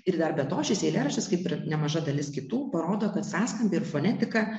ir dar be to šis eilėraštis kaip ir nemaža dalis kitų parodo kad sąskambiai ir fonetika